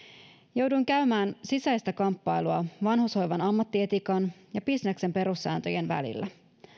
jouduin käymään sisäistä kamppailua vanhushoivan ammattietiikan ja bisneksen perussääntöjen välillä